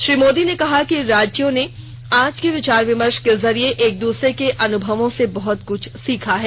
श्री मोदी ने कहा कि राज्यों ने के विचार विमर्श के जरिये एक दूसरे के अनुभवों से बहुत कुछ सीखा है